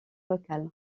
local